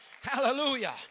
Hallelujah